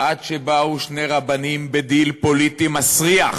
עד שבאו שני רבנים בדיל פוליטי מסריח,